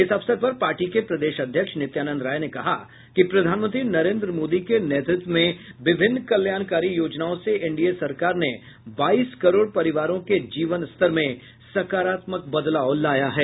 इस अवसर पर पार्टी के प्रदेश अध्यक्ष नित्यानंद राय ने कहा कि प्रधानमंत्री नरेन्द्र मोदी के नेतृत्व में विभिन्न कल्याणकारी योजनाओं से एनडीए सरकार ने बाईस करोड़ परिवारों के जीवन स्तर में सकारात्मक बदलाव लाया है